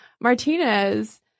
martinez